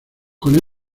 con